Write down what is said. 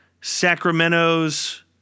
Sacramento's